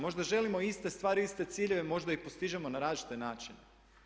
Možda želimo iste stvari, iste ciljeve, možda ih postižemo na različite načine.